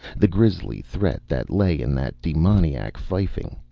the grisly threat that lay in that demoniac fifing.